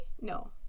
no